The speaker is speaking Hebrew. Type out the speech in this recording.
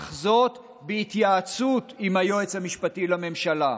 אך זאת בהתייעצות עם היועץ המשפטי לממשלה,